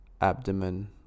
abdomen